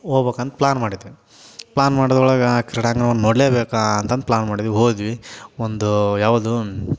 ಹೋಬಕಂತ್ plan ಮಾಡಿದ್ವಿ plan ಮಾಡ್ದೊಳಗೆ ಆ ಕ್ರೀಡಾಂಗಣವನ್ನು ನೋಡ್ಲೇಬೇಕು ಅಂತಂದು ಪ್ಲ್ಯಾನ್ ಮಾಡಿದ್ವಿ ಹೋದ್ವಿ ಒಂದು ಯಾವುದು